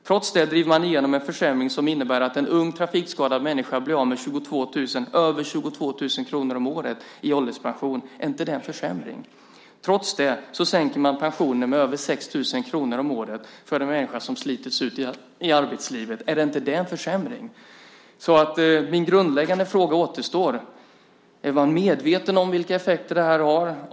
Trots det driver man igenom en försämring som innebär att en ung trafikskadad människa blir av med över 22 000 kr om året i ålderspension. Är inte det en försämring? Trots det sänker man pensionen med över 6 000 kr om året för en människa som slitits ut i arbetslivet. Är inte det en försämring? Min grundläggande fråga återstår: Är man medveten om vilka effekter detta har?